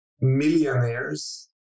millionaires